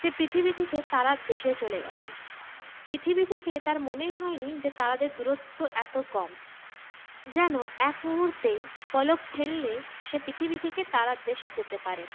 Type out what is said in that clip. সে পৃথিবী থেকে তারার দেশে চলে গেছে পৃথিবী থেকে তার মনেই হয়নি যে তারাদের দূরত্ব এত কম যেন এক মুহূর্তেই পলক ফেললে সে পৃথিবী থেকে তারার দেশে যেতে পারে